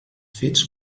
fets